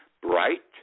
bright